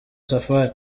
safari